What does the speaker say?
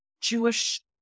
Jewish